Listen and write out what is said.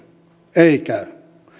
ei käy